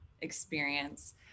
experience